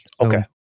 Okay